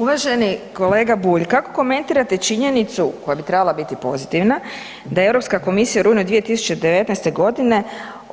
Uvaženi kolega Bulj, kako komentirate činjenicu, koja bi trebala biti pozitivna, da je Europska komisija u rujnu 2019.g.